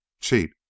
cheat